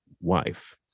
wife